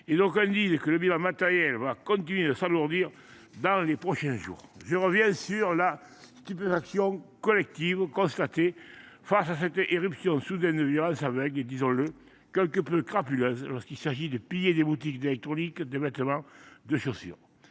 et d’aucuns disent que le bilan matériel va continuer de s’alourdir dans les prochains jours. Je reviens sur la stupéfaction collective ressentie face à cette éruption soudaine de violence aveugle et, disons le, quelque peu crapuleuse lorsqu’il s’agit de piller des boutiques d’électronique, de vêtements, de chaussures.